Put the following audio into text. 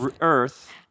Earth